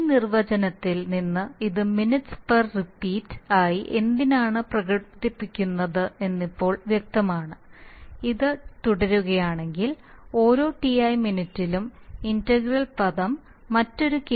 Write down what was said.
ഈ നിർവചനത്തിൽ നിന്ന് ഇത് മിനിറ്റ് പർ റിപ്പീറ്റ് ആയി എന്തിനാണ് പ്രകടിപ്പിക്കുന്നതെന്ന് ഇപ്പോൾ വ്യക്തമാണ് ഇത് തുടരുകയാണെങ്കിൽ ഓരോ Ti മിനിറ്റിലും ഇന്റഗ്രൽ പദം മറ്റൊരു Kp തവണ ഇൻപുട്ട് നൽകും